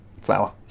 flower